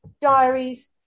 diaries